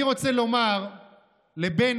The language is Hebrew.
אני רוצה לומר לבנט,